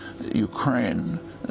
ukraine